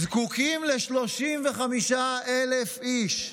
זקוקים ל-35,000 איש.